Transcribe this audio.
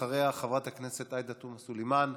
אחריה, חברת הכנסת עאידה תומא סלימאן,